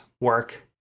work